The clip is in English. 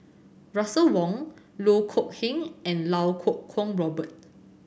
Russel Wong Loh Kok Heng and Iau Kuo Kwong Robert